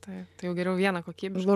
taip tai jau geriau vieną kokybišką